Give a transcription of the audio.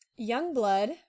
Youngblood